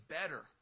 better